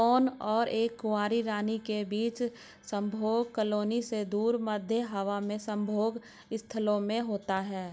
drone और एक कुंवारी रानी के बीच संभोग कॉलोनी से दूर, मध्य हवा में संभोग स्थलों में होता है